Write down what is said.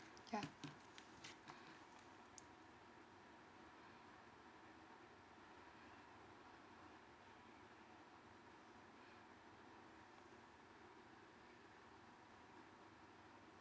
yeah